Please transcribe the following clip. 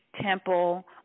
temple